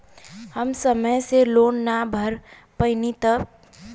हम समय से लोन ना भर पईनी तब?